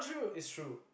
is true